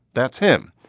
that's him.